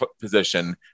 position